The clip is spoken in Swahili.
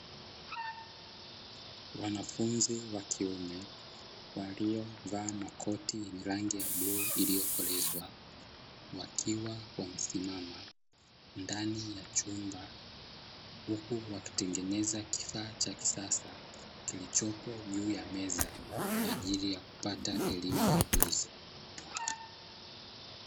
Wanafunzi wakiume waliovaa makoti yenye rangi ya bluu iliyokolezwa, wakiwa wamesimama ndani ya chumba , huku wakitengeneza kifaa cha kisasa, kilichopo juu ya meza kwaajili ya kupata elimu na ujuzi